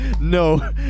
no